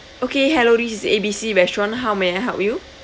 okay hello this is A B C restaurant how may I help you